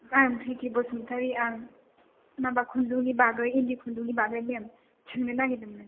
मेम प्रिति बसुमथारि आं माबा खुन्दुंनि बागै इन्दि खुन्दुंनि बागै मेम सोंनो नागेरदोंमोन